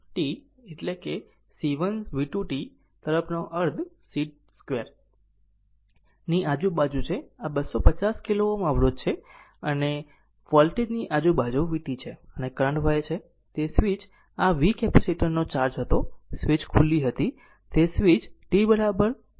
તેથી v one t એટલે c 1 v 2 t તરફનો અર્થ c 2 ની આજુબાજુ છે અને આ 250 કિલો Ω અવરોધ છે અને વોલ્ટેજ ની આજુબાજુ vt છે અને કરંટ વહે છે તે છે અને સ્વીચ આv કેપેસિટર નો ચાર્જ હતો સ્વીચ ખુલ્લી હતી હવે સ્વીચ t પર ક્લોઝ છે